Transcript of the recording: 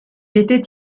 était